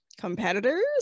competitors